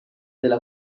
della